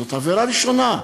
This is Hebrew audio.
זאת עבירה ראשונה,